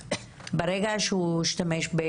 זה כבר מקרה של הטרדה מינית,